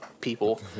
people